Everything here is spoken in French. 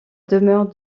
demeure